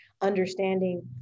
Understanding